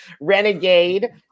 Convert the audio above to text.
Renegade